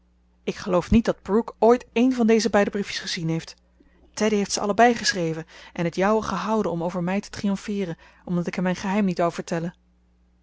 ik geloof niet dat brooke ooit één van deze beide briefjes gezien heeft teddy heeft ze allebei geschreven en het jouwe gehouden om over mij te triomfeeren omdat ik hem mijn geheim niet wou vertellen